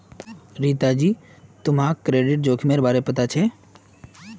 रीता जी, तुम्हाक क्रेडिट जोखिमेर बारे पता छे?